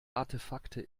artefakte